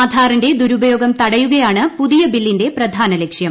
ആധാറിന്റെ ദുരുപയോഗം തടയുകയാണ് പുതിയ ബില്ലിന്റെ പ്രധാന ലക്ഷ്യം